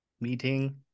meeting